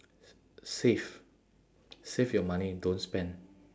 save save your money don't spend